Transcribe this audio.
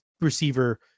receiver